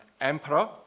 emperor